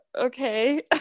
okay